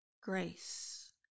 grace